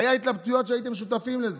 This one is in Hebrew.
היו התלבטויות, שהייתם שותפים להן: